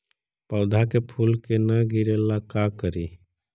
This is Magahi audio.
पौधा के फुल के न गिरे ला का करि?